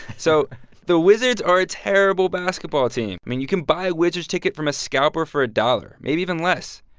so the wizards are a terrible basketball team. i mean, you can buy a wizards ticket from a scalper for a dollar, maybe even less.